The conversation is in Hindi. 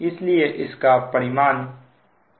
इसलिए इसका परिमाण 1∟0 है